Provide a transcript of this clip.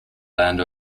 land